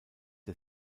der